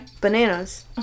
Bananas